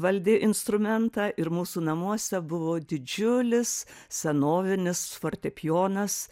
valdė instrumentą ir mūsų namuose buvo didžiulis senovinis fortepijonas